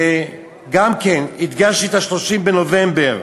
וגם כן, הדגשתי את 30 בנובמבר,